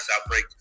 outbreak